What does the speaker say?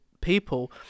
people